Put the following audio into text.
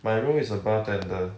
my role is a bartender